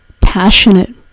passionate